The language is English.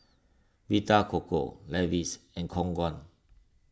Vita Coco Levi's and Khong Guan